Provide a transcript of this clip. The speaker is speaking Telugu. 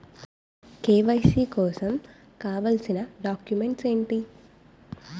కే.వై.సీ కోసం కావాల్సిన డాక్యుమెంట్స్ ఎంటి?